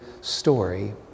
story